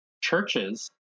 churches